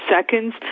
seconds